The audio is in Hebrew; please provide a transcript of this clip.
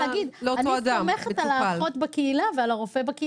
אני סומכת על האחות בקהילה שלי ועל הרופא.